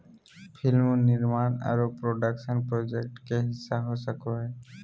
film निर्माण आरो production project के हिस्सा हो सको हय